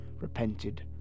repented